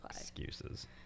Excuses